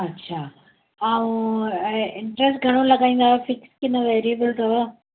अच्छा ऐं ऐं इंट्रस्ट घणो लॻाईंदव फिक्स के न वेरिएबल अथव